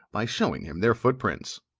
by showing him their footprints.